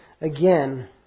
again